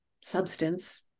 substance